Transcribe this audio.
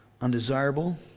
undesirable